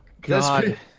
God